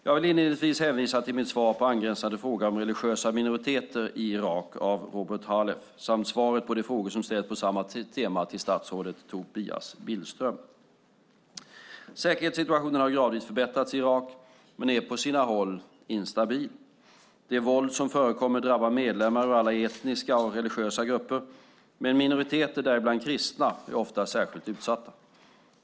Jag vill inledningsvis hänvisa till mitt svar på angränsande fråga, 2010 11:55 och 2010/11:62, som har ställts på samma tema till statsrådet Tobias Billström. Säkerhetssituationen har gradvis förbättrats i Irak men är på sina håll instabil. Det våld som förekommer drabbar medlemmar ur alla etniska och religiösa grupper, men minoriteter - däribland kristna - är ofta särskilt utsatta.